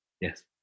Yes